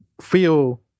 feel